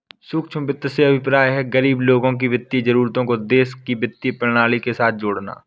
सूक्ष्म वित्त से अभिप्राय है, गरीब लोगों की वित्तीय जरूरतों को देश की वित्तीय प्रणाली के साथ जोड़ना